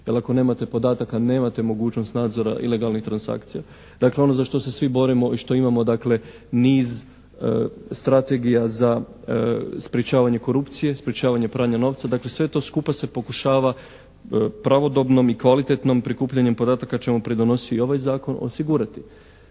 jer ako nemate podataka nemate mogućnost nadzora ilegalnih transakcija. Dakle, ono za što se svi borimo i što imamo dakle niz strategija za sprječavanje korupcije, sprječavanje pranja novca. Dakle, sve to skupa se pokušava pravodobnom i kvalitetnom prikupljanjem podataka čemu pridonosi ovaj zakon osigurati.